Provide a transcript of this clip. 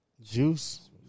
Juice